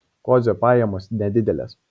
kodzio pajamos nedidelės